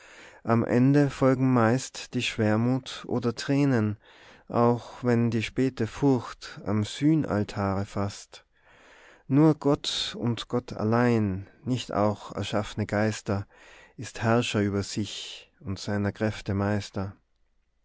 am ende folgen meist die schwermut oder tränen auch wenn die späte furcht am sühnaltare fasst nur gott und gott allein nicht auch erschaffne geister ist herrscher über sich und seiner kräfte meister